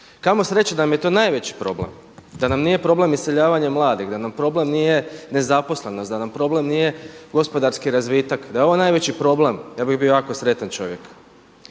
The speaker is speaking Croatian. Kamo sreće da nam je to najveći problem. Da nam nije problem iseljavanje mladih, da nam problem nije nezaposlenost, da nam problem nije gospodarski razvitak. Da je ovo najveći problem ja bih bio jako sretan čovjek.